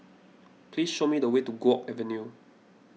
please show me the way to Guok Avenue